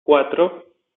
cuatro